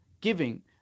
giving